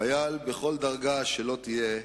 חייל, בכל דרגה שלא תהיה,